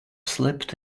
slipped